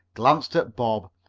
glanced at bob,